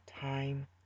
time